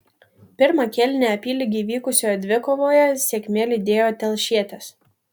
pirmą kėlinį apylygiai vykusioje dvikovoje sėkmė lydėjo telšietes